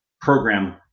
program